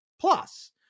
plus